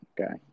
Okay